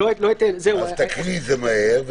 אז תקרא את זה מהר,